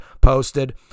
posted